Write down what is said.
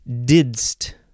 didst